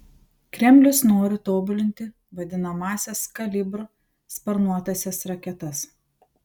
kremlius nori tobulinti vadinamąsias kalibr sparnuotąsias raketas